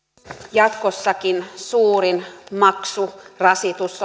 jatkossakin suurin maksurasitus